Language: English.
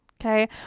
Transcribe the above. Okay